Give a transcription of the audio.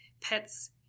pets